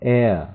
air